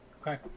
Okay